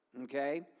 Okay